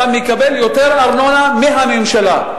אתה מקבל יותר ארנונה מהממשלה,